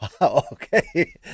okay